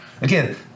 Again